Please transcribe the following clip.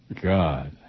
God